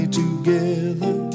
together